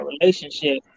relationship